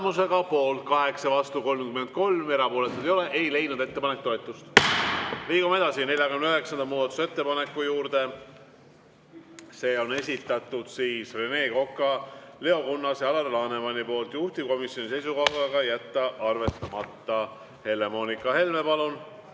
poolt 8, vastu 33, erapooletuid ei ole, ei leidnud ettepanek toetust. Liigume edasi 49. muudatusettepaneku juurde. Selle on esitanud Rene Kokk, Leo Kunnas ja Alar Laneman. Juhtivkomisjoni seisukoht on jätta arvestamata. Helle‑Moonika Helme, palun!